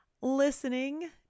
listening